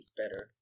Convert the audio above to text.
better